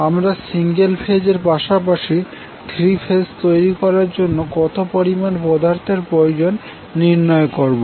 আমরা single phase এবং পাশাপাশি থ্রি ফেজ তৈরি করার জন্য কত পরিমান পদার্থের প্রয়োজন নির্ণয় করবো